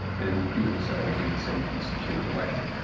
and doing so in a safe and secure way.